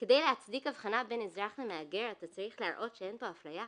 כדי להצדיק הבחנה בין אזרח למהגר אתה צריך להראות שאין אפליה?